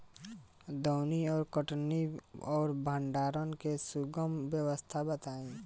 दौनी और कटनी और भंडारण के सुगम व्यवस्था बताई?